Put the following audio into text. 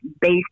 based